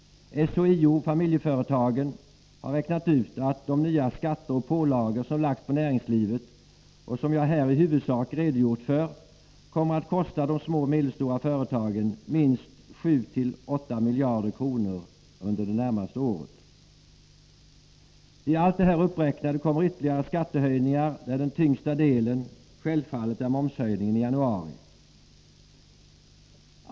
SHIO-Familjeföretagen har räknat ut att de nya skatter och pålagor som lagts på näringslivet och som jag här i huvudsak har redogjort för kommer att kosta de små och medelstora företagen minst 7-8 miljarder kronor under det närmaste året. Till allt det här uppräknade kommer ytterligare skattehöjningar, där den tyngsta delen självfallet är momshöjningen i januari.